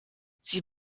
sie